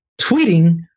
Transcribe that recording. tweeting